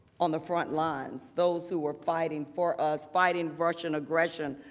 on the front lines. those who are fighting for us, fighting russian aggression.